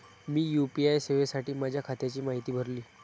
मी UPI सेवेसाठी माझ्या खात्याची माहिती भरली